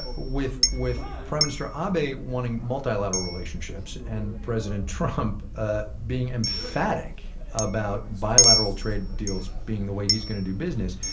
ah with with prime minister um abe wanting multilateral relationships and president trump ah being emphatic about bilateral trade deals being the way he's going to do business,